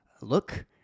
look